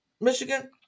Michigan